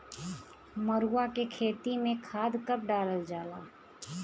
मरुआ के खेती में खाद कब डालल जाला?